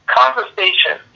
conversation